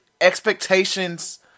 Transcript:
expectations